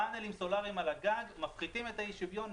פאנלים סולאריים על הגג מפחיתים את האי שוויון,